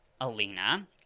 Alina